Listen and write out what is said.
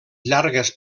llargues